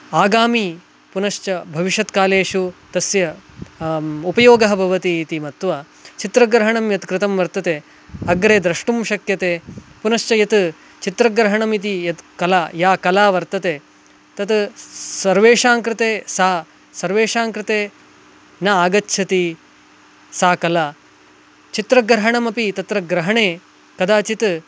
आगामि पुनश्च भविषत्कालेषु तस्य उपयोगः भवतीति मत्वा चित्रग्रहणं यत्कृतं वर्तते अग्रे द्रष्टुं शक्यते पुनश्च यत् चित्रग्रहणमिति यत्कला या कला वर्तते तत् सर्वेषां कृते सा सर्वेषां कृते न आगच्छति सा कला चित्रग्रहणमपि तत्र ग्रहणे कदाचित्